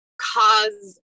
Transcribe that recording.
cause